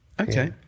Okay